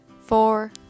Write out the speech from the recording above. four